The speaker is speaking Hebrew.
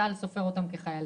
צה"ל סופר אותם כחיילים,